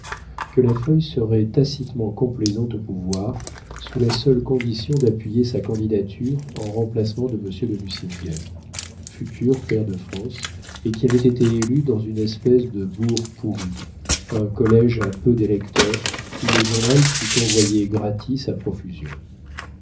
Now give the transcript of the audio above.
que la feuille serait tacitement complaisante au pouvoir sous la seule condition d'appuyer sa candidature en remplacement de monsieur de nucingen futur pair de france et qui avait été élu dans une espèce de bourg pourri un collége à peu d'électeurs où le journal fut envoyé gratis à profusion